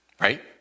Right